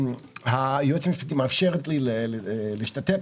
היועצת המשפטית מאפשרת לי להשתתף,